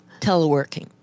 teleworking